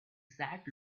sat